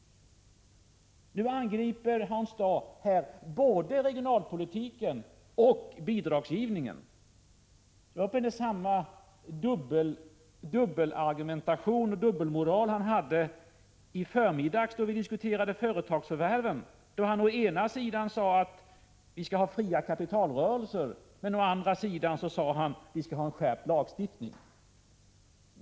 1 april 1986 Nu angriper Hans Dau både regionalpolitiken och bidragsgivningen. Det är samma argumentation och dubbelmoral som han hade i förmiddags när vi diskuterade företagsförvärven. Hans Dau sade då att vi skall ha å ena sidan fria kapitalrörelser och å andra sidan en skärpt lagstiftning.